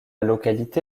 localité